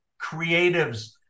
creatives